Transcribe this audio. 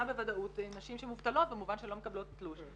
בוודאות נשים שהן מובטלות במובן שהן לא מקבלות תלוש.